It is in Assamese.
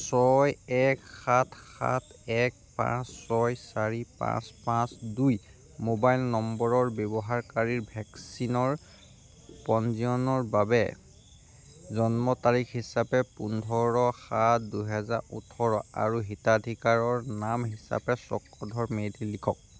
ছয় এক সাত সাত এক পাঁচ ছয় চাৰি পাঁচ পাঁচ দুই মোবাইল নম্বৰৰ ব্যৱহাৰকাৰীৰ ভেকচিনৰ পঞ্জীয়নৰ বাবে জন্ম তাৰিখ হিচাপে পোন্ধৰ সাত দুহেজাৰ ওঠৰ আৰু হিতাধিকাৰৰ নাম হিচাপে চক্ৰধৰ মেধি লিখক